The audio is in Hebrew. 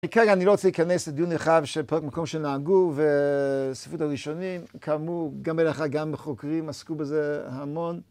בעיקר אני לא רוצה להיכנס לדיון נרחב של מקום שנהגו וספרות הראשונים, כאמור, גם הלכה גם חוקרים עסקו בזה המון.